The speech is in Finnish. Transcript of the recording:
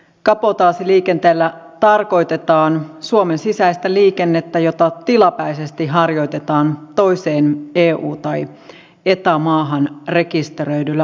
kabotaasiliikenteellä tarkoitetaan suomen sisäistä liikennettä jota tilapäisesti harjoitetaan toiseen eu tai eta maahan rekisteröidyllä ajoneuvolla